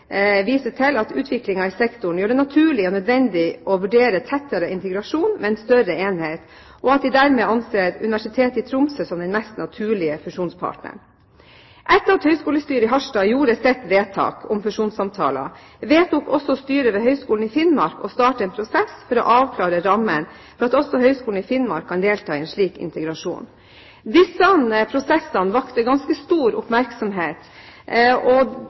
viser til at utviklingen i sektoren gjør det naturlig og nødvendig å vurdere tettere integrasjon med en større enhet, og at de dermed anser Universitetet i Tromsø som den mest naturlige fusjonspartneren. Etter at høyskolestyret i Harstad gjorde sitt vedtak om fusjonssamtaler, vedtok også styret ved Høgskolen i Finnmark å starte en prosess for å avklare rammene for at også Høgskolen i Finnmark kan delta i en slik integrasjon. Disse prosessene vakte ganske stor oppmerksomhet, og